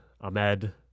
Ahmed